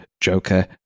Joker